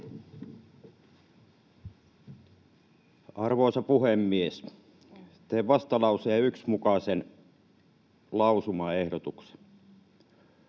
Arvoisa puhemies! Teen vastalauseen 1 mukaisen lausumaehdotuksen: